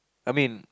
I mean